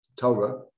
Torah